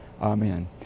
Amen